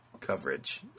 coverage